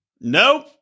Nope